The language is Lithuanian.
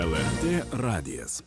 lrt radijas